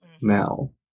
now